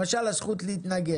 למשל, הזכות להתנגד.